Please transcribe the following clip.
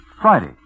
Friday